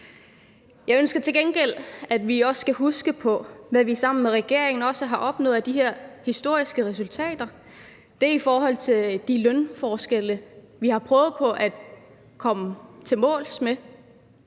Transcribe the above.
Jeg ønsker til gengæld, at vi også skal huske på, hvad vi sammen med regeringen også har opnået af de her historiske resultater. Det er i forhold til de lønforskelle, vi har prøvet på at komme i mål med.